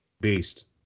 Beast